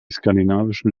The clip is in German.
skandinavischen